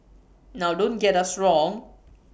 now don't get us wrong